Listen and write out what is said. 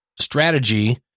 strategy